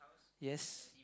yes